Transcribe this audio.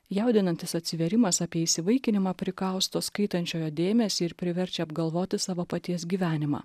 jaudinantis atsivėrimas apie įsivaikinimą prikausto skaitančiojo dėmesį ir priverčia apgalvoti savo paties gyvenimą